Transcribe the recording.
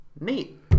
neat